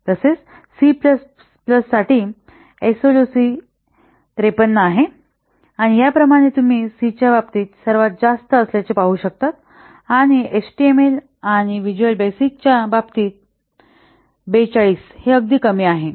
तसेच C plus plus साठी SLOC 53 आहे आणि या प्रमाणे तुम्ही सीच्या बाबतीत सर्वात जास्त असल्याचे पाहू शकता आणि एचटीएमएल आणि व्हिज्युअल बेसिकच्या बाबतीत 42 हे अगदी कमी आहे